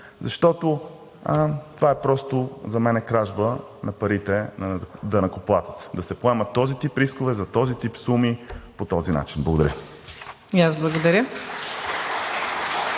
за мен това е просто кражба на парите на данъкоплатеца – да се поемат този тип рискове, за този тип суми по този начин. Благодаря.